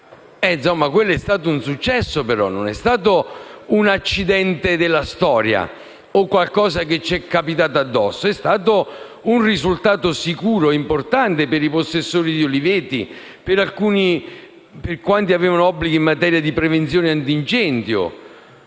che è stato un successo e non un accidente della storia o qualcosa che è capitato per caso. Si è trattato di un risultato sicuro e importante, per i possessori di uliveti e per quanti avevano obblighi in materia di prevenzione antincendio